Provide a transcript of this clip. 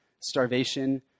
starvation